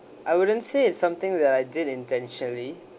I wouldn't say it's something that I did intentionally